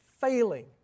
failing